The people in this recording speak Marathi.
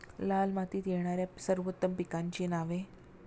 लाल मातीत येणाऱ्या सर्वोत्तम पिकांची नावे?